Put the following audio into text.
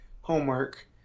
homework